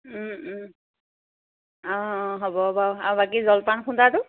অঁ অঁ হ'ব বাৰু আৰু বাকী জলপান খুন্দাটো